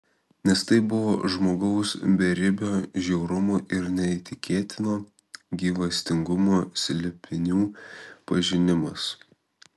nes tai buvo žmogaus beribio žiaurumo ir neįtikėtino gyvastingumo slėpinių pažinimas